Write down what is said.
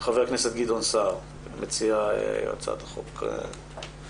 חבר הכנסת גדעון סער, מציע הצעת החוק, בבקשה.